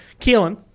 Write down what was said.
Keelan